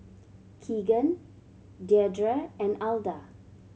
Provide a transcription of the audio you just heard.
Keegan Deirdre and Alda